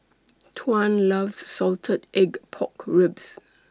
Tuan loves Salted Egg Pork Ribs